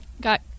got